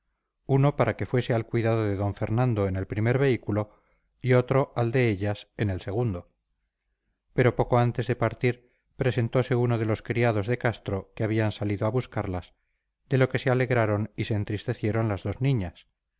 uno para que fuese al cuidado de d fernando en el primer vehículo y otro al de ellas en el segundo pero poco antes de partir presentose uno de los criados de castro que habían salido a buscarlas de lo que se alegraron y se entristecieron las dos niñas